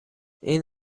این